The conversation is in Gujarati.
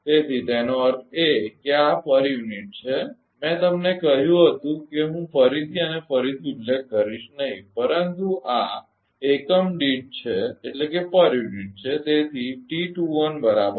તેથી તેનો અર્થ એ કે આ એકમ દીઠ છે મેં તમને કહ્યું હતું કે હું ફરીથી અને ફરીથી ઉલ્લેખ કરીશ નહીં પરંતુ આ એકમ દીઠ છે